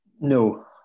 No